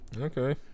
Okay